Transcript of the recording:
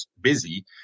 busy